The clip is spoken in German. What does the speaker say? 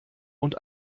und